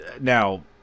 Now